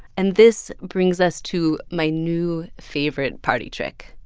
and this brings us to my new favorite party trick,